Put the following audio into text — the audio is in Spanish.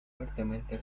fuertemente